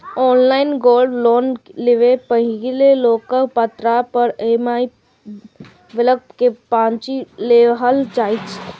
online gold loan लेबय सं पहिने लोनक पात्रता आ ई.एम.आई विकल्प कें जांचि लेबाक चाही